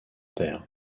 père